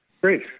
Great